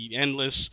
endless